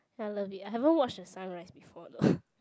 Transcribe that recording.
I love it I haven't watch the sunrise before though